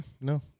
no